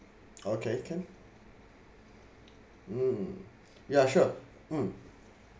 okay can mm yeah sure mm